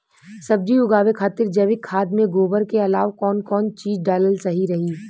सब्जी उगावे खातिर जैविक खाद मे गोबर के अलाव कौन कौन चीज़ डालल सही रही?